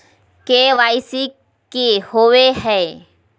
KYC की होबो है?